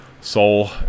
soul